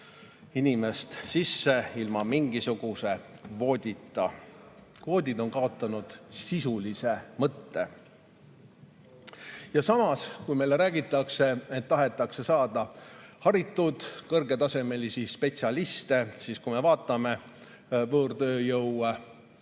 inimest sisse ilma mingisuguse kvoodita. Kvoodid on kaotanud sisuliselt mõtte. Samas meile räägitakse, et tahetakse saada haritud kõrgetasemelisi spetsialiste, aga kui me vaatame võõrtööjõu